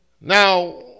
Now